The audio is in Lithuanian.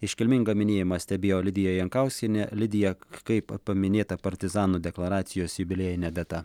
iškilmingą minėjimą stebėjo lidija jankauskienė lidija k kaip paminėta partizanų deklaracijos jubiliejinė data